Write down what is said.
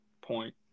point